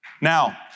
Now